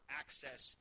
access